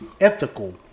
ethical